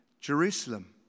Jerusalem